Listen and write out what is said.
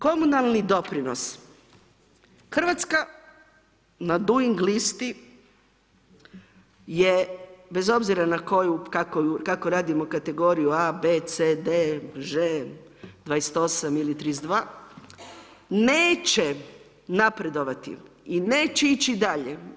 Komunalni doprinos, Hrvatska na doing listi je bez obzira na koju, kako radimo kategoriju a, b, c, d, ž, 28 ili 32. neće napredovati i neće ići dalje.